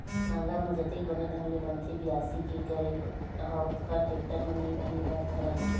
नांगर म जतेक बने ढंग ले बनथे बियासी के करई ह ओतका टेक्टर म नइ बने बर धरय